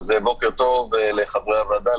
בוקר טוב לחברי הוועדה,